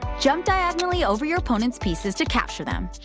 jump diagonally over your opponent's pieces to capture them.